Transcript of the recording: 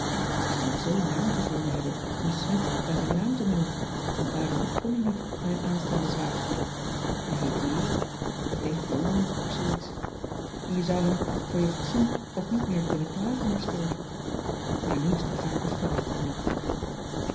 en ik zou het zoo naar gevonden hebben om smidt bij zijn naam te noemen want daaraan ontkom je niet bij een aanstaanden zwager hij heet j ik denk johan of zoo iets en je zou hem voor je fatcissy van marxveldt de h b s tijd van joop ter heul soen ook niet meer kunnen plagen op school maar nu is t gevaar afgewend gelukkig